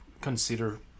consider